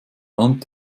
land